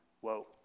whoa